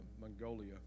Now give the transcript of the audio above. Mongolia